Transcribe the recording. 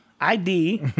ID